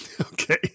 Okay